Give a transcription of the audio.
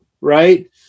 right